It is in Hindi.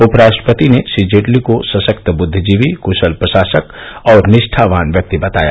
उपराष्ट्रपति ने श्री जेटर्ली को सशक्त बुद्विजीवी क्शल प्रशासक और निष्ठावान व्यक्ति बताया